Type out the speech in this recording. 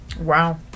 Wow